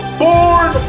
born